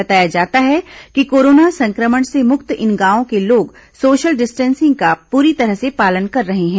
बताया जाता है कि कोरोना संक्रमण से मुक्त इन गांवों के लोग सोशल डिस्टेंसिंग का पूरी तरह से पालन कर रहे हैं